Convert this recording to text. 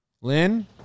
Lynn